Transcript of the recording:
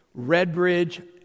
Redbridge